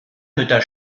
mütter